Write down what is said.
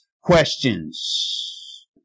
questions